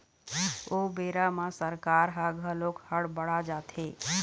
ओ बेरा म सरकार ह घलोक हड़ बड़ा जाथे